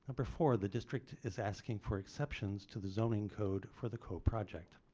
ah before the district is asking for exceptions to the zoning code for the coe project.